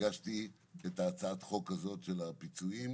אני הגשתי את הצעת החוק הזאת של הפיצויים,